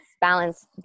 balance